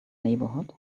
neighborhood